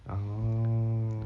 oh